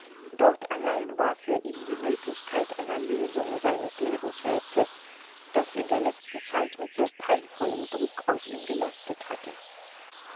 dort allein war für ihn die möglichkeit einer lösung seines lebensrätsels das in der letzten zeit mit so peinvollem druck auf ihm gelastet hatte